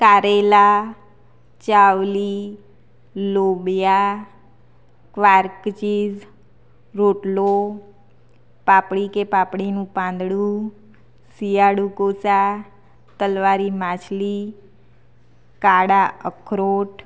કારેલા ચાવલી લોબીઆ ક્વાર્ક ચીઝ રોટલો પાપડી કે પાપડીનું પાંદડું શિયાળુ કોચા તલવારી માછલી કાળા અખરોટ